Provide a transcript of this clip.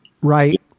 Right